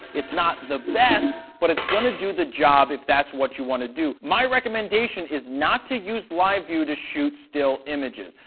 it's not the best, but it's going to do the job if that's what you want to do. my recommendation is not to use live view to shoot still images.